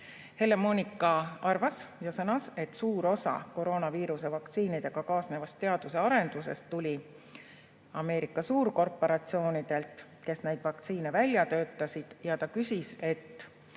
Helle-Moonika arvas ja sõnas, et suur osa koroonaviiruse vaktsiinidega kaasnevast teaduse arendusest tuli Ameerika suurkorporatsioonidelt, kes neid vaktsiine välja töötasid. Ta küsis, et